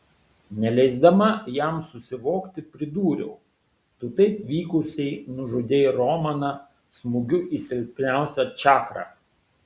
neleisdama jam susivokti pridūriau tu taip vykusiai nužudei romaną smūgiu į silpniausią čakrą